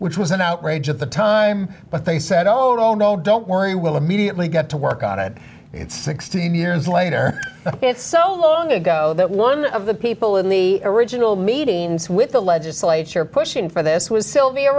which was an outrage at the time but they said no no don't worry we'll immediately get to work on it it's sixteen years later it's so long ago that one of the people in the original meetings with the legislature pushing for this was sylvia